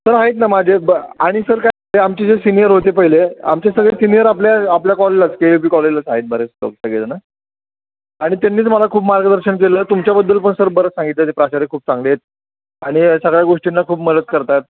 sir आहेत ना माझे ब आणि सर काय आमचे जे सिनियर होते पहिले आमचे सगळे सिनियर आपल्या आपल्या कॉलेजलाच के यू बी कॉलेजच आहेत बरेच लोक सगळेजण आणि त्यांनीच मला खूप मार्गदर्शन केलं तुमच्याबद्दल पण सर बरं सांगितलं ते प्राचार्य खूप चांगले आहेत आणि सगळ्या गोष्टींना खूप मदत करतात